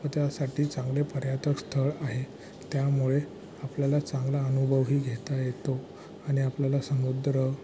मग त्यासाठी चांगलं पर्यटक स्थळ आहे त्यामुळे आपल्याला चांगला अनुभवही घेता येतो आणि आपल्याला समुद्र